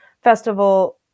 festival